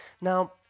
Now